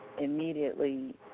immediately